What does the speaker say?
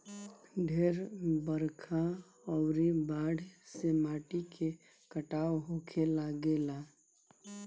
ढेर बरखा अउरी बाढ़ से माटी के कटाव होखे लागेला